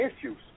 issues